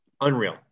unreal